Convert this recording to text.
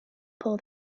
pull